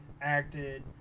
acted